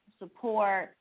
support